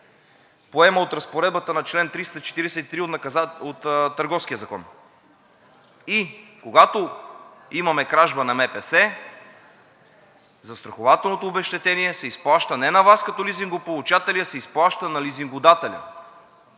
поема от Разпоредбата на чл. 343 от Търговския закон, и когато имаме кражба на МПС, застрахователното обезщетение се изплаща не на Вас като лизингополучатели, а се изплаща на лизингодателя.